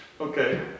okay